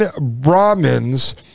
brahmins